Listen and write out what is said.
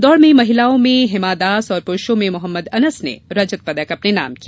दौड में महिलाओ में हिमा दास और पुरूषों में मोहम्मद अनस ने रजत पदक अपने नाम किया